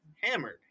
hammered